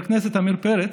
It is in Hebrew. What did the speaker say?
חבר הכנסת עמיר פרץ,